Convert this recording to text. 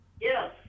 Yes